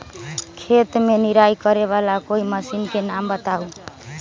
खेत मे निराई करे वाला कोई मशीन के नाम बताऊ?